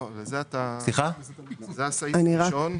לא, זה הסעיף הראשון.